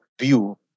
view